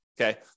okay